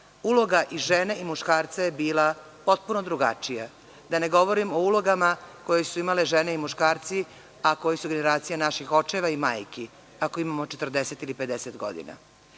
uloga i žene i muškarca je bila potpuno drugačija, da ne govorim o ulogama koje su imale žene i muškarci, a koji su generacija naših očeva i majki, ako imamo 40 ili 50 godina.